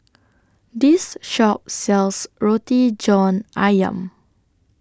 This Shop sells Roti John Ayam